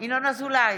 ינון אזולאי,